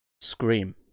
Scream